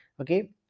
Okay